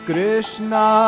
Krishna